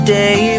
day